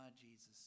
Jesus